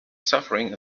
suffering